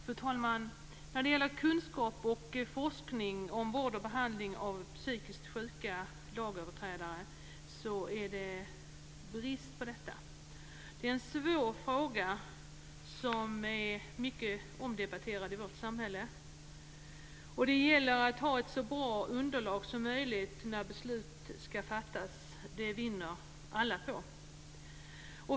Fru talman! När det gäller kunskap och forskning om vård och behandling av psykiskt sjuka lagöverträdare är det brist på detta. Det är en svår fråga som är mycket omdebatterad i vårt samhälle. Det gäller att ha ett så bra underlag som möjligt när beslut skall fattas. Det vinner alla på.